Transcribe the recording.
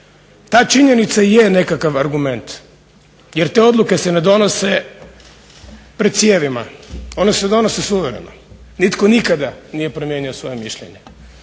Ta činjenica je nekakav argument jer te odluke se ne donose pred cijevima, one se donose suvereno. Nitko nikada nije promijenio svoje mišljenje.